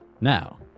Now